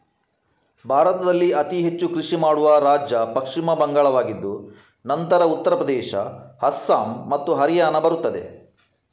ಭಾರತದಲ್ಲಿ ಅತಿ ಹೆಚ್ಚು ಕೃಷಿ ಮಾಡುವ ರಾಜ್ಯ ಪಶ್ಚಿಮ ಬಂಗಾಳವಾಗಿದ್ದು ನಂತರ ಉತ್ತರ ಪ್ರದೇಶ, ಅಸ್ಸಾಂ ಮತ್ತು ಹರಿಯಾಣ ಬರುತ್ತದೆ